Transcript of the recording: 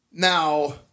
Now